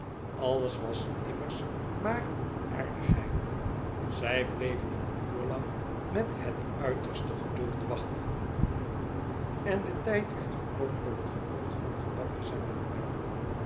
alles was immers maar een aardigheid zij bleven een uur lang met het uiterste geduld wachten en de tijd werd verkort door het genot van gebakjes en limonade